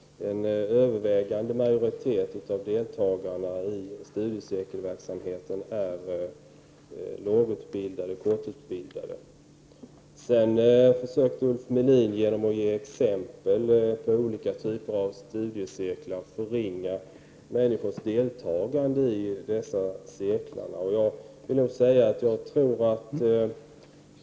En övervägande majoritet av deltagarna i studiecirkelverksamheten är lågutbildade, kortutbildade. Sedan försökte Ulf Melin genom att ge exempel på olika typer av studiecirklar förringa människors deltagande i dessa cirklar.